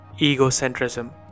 egocentrism